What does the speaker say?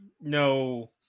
No